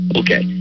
okay